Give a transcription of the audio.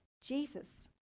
Jesus